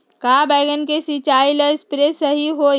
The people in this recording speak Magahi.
का बैगन के सिचाई ला सप्रे सही होई?